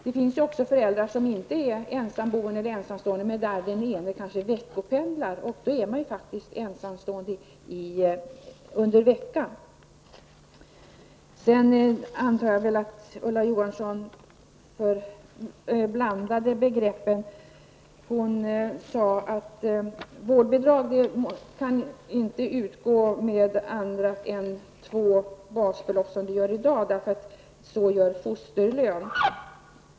Det finns föräldrar som inte är ensamstående, men där den ena föräldern är veckopendlare. I detta fall är den hemmavarande föräldern faktiskt ''ensamstående'' under veckan. Jag antar att Ulla Johansson blandade ihop begreppen när hon sade att vårdbidrag inte kan utgå med annat än två basbelopp, som det gör i dag, för att fosterlön gör det.